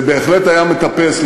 זה בהחלט היה מטפס,